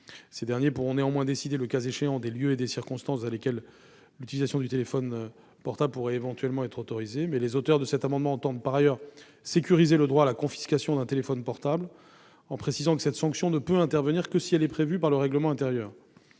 Ces derniers pourront néanmoins décider, le cas échéant, des lieux et des circonstances dans lesquels l'utilisation du téléphone portable pourrait éventuellement être autorisée. Les auteurs de l'amendement entendent par ailleurs sécuriser le droit à la confiscation d'un téléphone portable en précisant que cette sanction ne peut intervenir que si elle est prévue par le règlement intérieur.